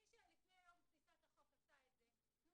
מי שלפני יום כניסת החוק עשה את זה תנו